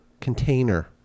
container